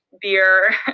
beer